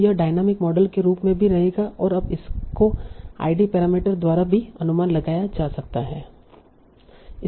तो यह dynamic model के रूप में ही रहेगा और अब इसको आईडी पैरामीटर द्वारा भी अनुमान लगाया जा सकता है